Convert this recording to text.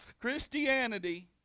Christianity